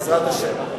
בעזרת השם.